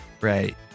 Right